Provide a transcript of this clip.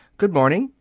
good morning.